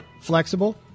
flexible